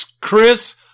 Chris